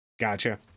Gotcha